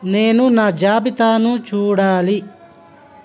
నేను నా జాబితాను చూడాలి